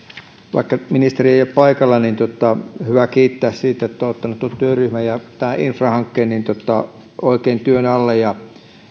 vaikka ministeri ei ole paikalla on hyvä kiittää siitä että hän on ottanut tuon työryhmän ja tämän infrahankkeen oikein työn alle ja